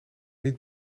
niet